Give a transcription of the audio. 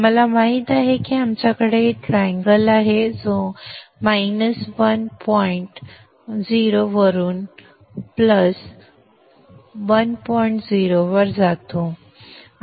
आम्हाला माहित आहे की आमच्याकडे त्रिकोण आहे जो उणे 1 बिंदू 0 वरून अधिक 1 बिंदू 0 वर जातो